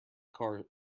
car